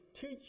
teach